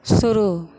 शुरू